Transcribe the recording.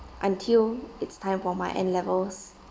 until it's time for my N levels